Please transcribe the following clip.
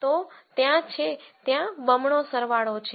તો ત્યાં છે ત્યાં બમણો સરવાળો છે